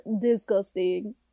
disgusting